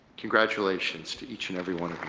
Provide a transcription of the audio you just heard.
congratulations to each and every